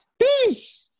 Peace